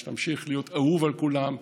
שתמשיך להיות אהוב על כולם,